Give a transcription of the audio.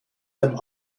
dem